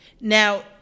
Now